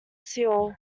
seoul